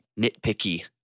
nitpicky